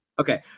Okay